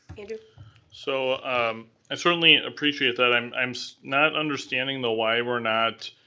andrew so i certainly appreciate that. i'm i'm so not understanding the why we're not,